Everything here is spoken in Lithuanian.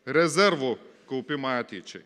rezervo kaupimą ateičiai